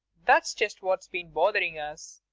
that's just what's been bothering us.